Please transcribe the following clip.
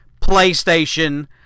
PlayStation